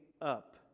up